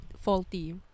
faulty